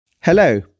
Hello